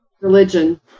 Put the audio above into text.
religion